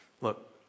Look